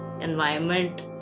environment